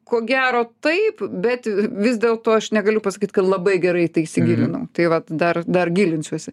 ko gero taip bet vis dėl to aš negaliu pasakyt kad labai gerai į tai įsigilinau tai vat dar dar gilinsiuosi